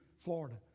Florida